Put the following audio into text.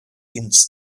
ins